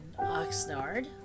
Oxnard